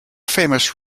famous